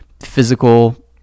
physical